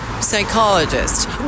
Psychologist